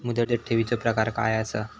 मुदत ठेवीचो प्रकार काय असा?